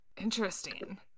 Interesting